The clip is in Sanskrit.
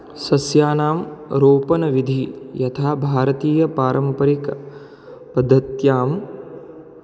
सस्यानां रोपणविधिः यथा भारतीयपारम्परिके पद्धत्यां